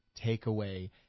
takeaway